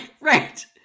Right